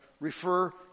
refer